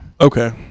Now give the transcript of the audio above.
Okay